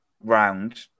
round